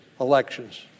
elections